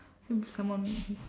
maybe someone